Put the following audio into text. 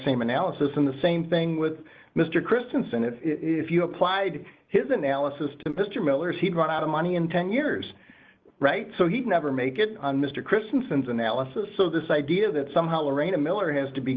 same analysis in the same thing with mr christensen if if you applied his analysis to mr miller's he'd run out of money in ten years right so he'd never make it on mr christensen's analysis so this idea that somehow lorraine a miller has